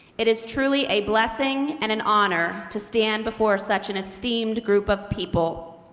it is truly a blessing and an honor to stand before such an esteemed group of people.